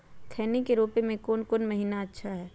खैनी के रोप के कौन महीना अच्छा है?